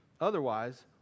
Otherwise